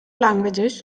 languages